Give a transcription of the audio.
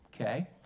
Okay